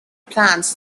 plans